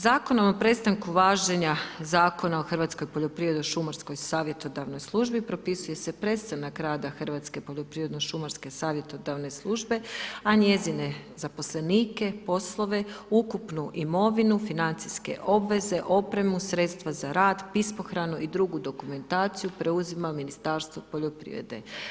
Zakonom o prestanku važenja Zakona o hrvatskoj poljoprivrednoj šumarskoj savjetodavnoj službi propisuje se prestanak rada Hrvatske poljoprivredno-šumarske savjetodavne službe a njezine zaposlenike, poslove, ukupnu imovinu, financijske obveze, opremu, sredstva za rad, pismohranu i drugu dokumentaciju preuzima Ministarstvo poljoprivrede.